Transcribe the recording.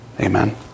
Amen